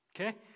Okay